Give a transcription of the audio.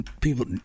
people